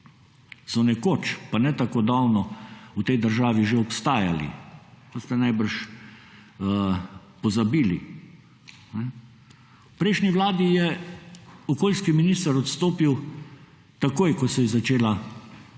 so nekoč, pa ne tako davno, v tej državi že obstajali, pa ste najbrž pozabili. V prejšnji vladi je okoljski minister odstopil takoj, ko se je začela v zvezi